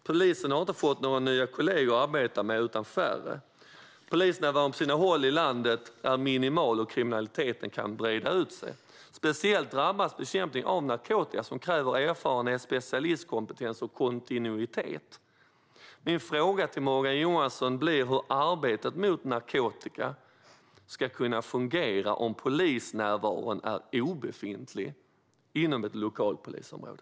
Polisen har inte fått några nya kollegor att arbeta med, utan färre. Polisnärvaron är på sina håll i landet minimal, och kriminaliteten kan breda ut sig. Speciellt drabbas bekämpning av narkotika, som kräver erfarenhet, specialistkompetens och kontinuitet. Min fråga till Morgan Johansson blir: Hur ska arbetet mot narkotika kunna fungera om polisnärvaron är obefintlig inom ett lokalpolisområde?